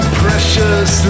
precious